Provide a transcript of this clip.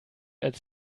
als